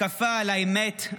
מתקפה על האמת,